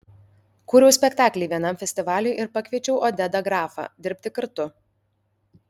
kūriau spektaklį vienam festivaliui ir pakviečiau odedą grafą dirbti kartu